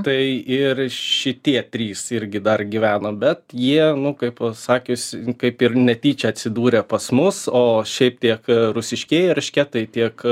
tai ir šitie trys irgi dar gyvena bet jie nu kaip pasakius kaip ir netyčia atsidūrė pas mus o šiaip tiek rusiškieji eršketai tiek